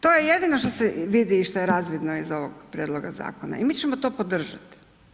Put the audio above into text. To je jedno što se vidi i što je razvidno iz ovog prijedloga zakona i mi ćemo to podržat.